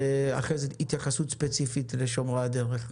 ואחרי זה התייחסות ספציפית לשומרי הדרך.